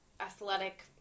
athletic